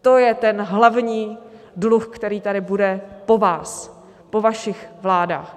To je ten hlavní dluh, který tady bude po vás, po vašich vládách.